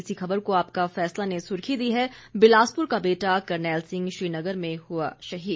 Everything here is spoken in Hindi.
इसी खबर को आपका फैसला ने सुर्खी दी है बिलासपुर का बेटा करनैल सिंह श्रीनगर में हुआ शहीद